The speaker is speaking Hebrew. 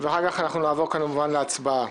- ואחר כך אנחנו נעבור כמובן להצבעה.